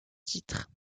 titre